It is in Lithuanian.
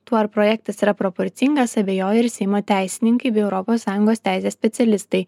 tuo ar projektas yra proporcingas abejoja ir seimo teisininkai bei europos sąjungos teisės specialistai